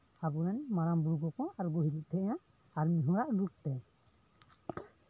ᱟᱵᱚ ᱨᱮᱱ ᱢᱟᱨᱟᱝ ᱵᱩᱨᱩ ᱠᱚᱠᱚ ᱟᱬᱜᱚ ᱦᱤᱡᱩᱜ ᱛᱟᱦᱮᱸᱜᱼᱟ ᱟᱭᱩ ᱦᱚᱲᱟᱜ ᱨᱩᱯᱛᱮ